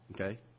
Okay